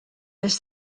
les